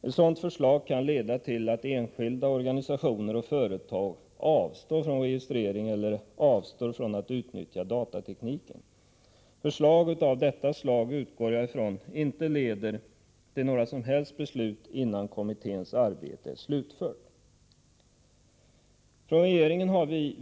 Ett sådant förslag kan leda till att enskilda, organisationer och företag avstår från registrering eller från att utnyttja datatekniken. Jag utgår från att förslag av denna typ, som läggs fram innan kommitténs arbete är slutfört, inte leder till några som helst beslut.